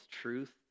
truth